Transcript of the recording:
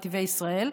נתיבי ישראל.